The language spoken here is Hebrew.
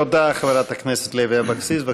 תודה לחברת הכנסת לוי אבקסיס.